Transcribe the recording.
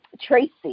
Tracy